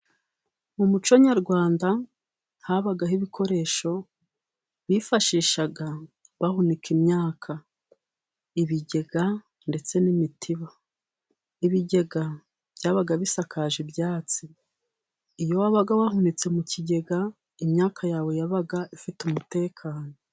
Mu muco nyarwanda habagaho ibikoresho bifashishaga bahunika imyaka ibigega ndetse n'imitiba; ibigega byabaga bisakaje ibyatsi iyo wabaga wahunitse mu kigega imyaka yawe yabaga ifite umutekano.